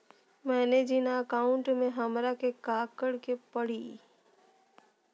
मैंने जिन अकाउंट में हमरा के काकड़ के परी?